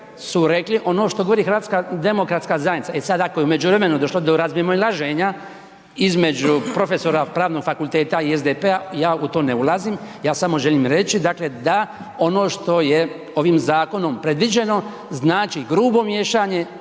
su rekli ono što govori HDZ, e sad ako je u međuvremenu došlo do razmimoilaženja između profesora Pravnog fakulteta i SDP-a ja u to ne ulazim, ja samo želim reći dakle, da ono što je ovim zakonom predviđeno znači grubo miješanje